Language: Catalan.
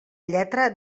lletra